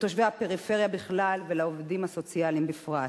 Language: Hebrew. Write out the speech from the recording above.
לתושבי הפריפריה בכלל ולעובדים הסוציאליים בפרט.